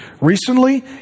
Recently